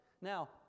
Now